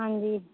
ਹਾਂਜੀ